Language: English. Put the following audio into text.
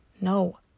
No